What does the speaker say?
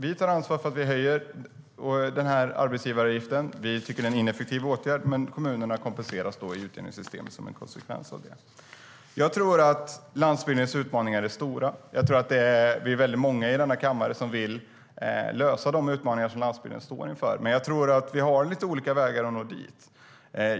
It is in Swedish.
Vi tar ansvar för att vi höjer arbetsgivaravgiften eftersom vi tycker att det är en ineffektiv åtgärd, men som en konsekvens av det kompenserar vi kommunerna i utjämningssystemet. Landsbygdens utmaningar är stora, och vi är nog många i denna kammare som vill klara de utmaningar som landsbygden står inför. Vi har dock lite olika vägar att nå dit.